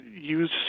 use